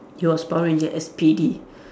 it was power ranger S_P_D